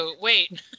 wait